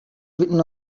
written